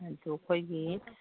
ꯑꯗꯨ ꯑꯩꯈꯣꯏꯒꯤ